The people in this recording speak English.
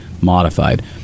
modified